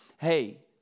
Hey